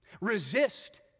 resist